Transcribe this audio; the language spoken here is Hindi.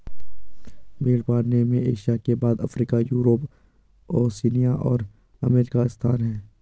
भेंड़ पालन में एशिया के बाद अफ्रीका, यूरोप, ओशिनिया और अमेरिका का स्थान है